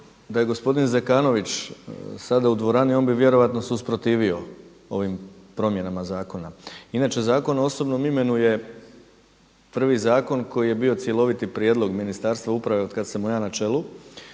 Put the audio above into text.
da je gospodin Zekanović sada u dvorani on bi vjerojatno se usprotivio ovim promjenama zakona. Inače Zakon o osobnom imenu je prvi zakon koji je bio cjeloviti prijedlog Ministarstva uprave od kada sam mu ja na čelu